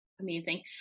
Amazing